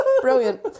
brilliant